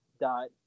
dot –